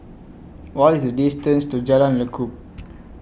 What IS The distance to Jalan Lekub